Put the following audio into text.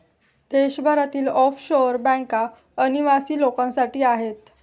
देशभरातील ऑफशोअर बँका अनिवासी लोकांसाठी आहेत